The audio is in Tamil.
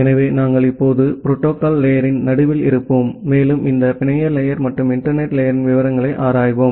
எனவே நாங்கள் இப்போது புரோட்டோகால் லேயரின் நடுவில் இருப்போம் மேலும் இந்த பிணைய லேயர் மற்றும் இன்டர்நெட் லேயரின் விவரங்களை ஆராய்வோம்